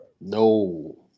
No